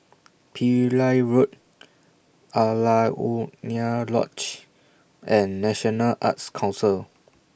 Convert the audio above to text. Pillai Road Alaunia Lodge and National Arts Council